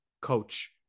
coach